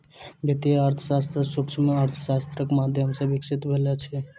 वित्तीय अर्थशास्त्र सूक्ष्म अर्थशास्त्रक माध्यम सॅ विकसित भेल अछि